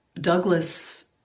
Douglas